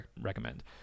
recommend